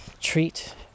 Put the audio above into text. Treat